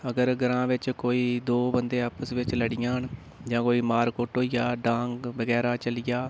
अगर ग्रांऽ बिच्च कोई दो बंदे आपस बिच्च लड़ी जान जां कोई मार घोट्ट होई जा डांग बगैरा चली जा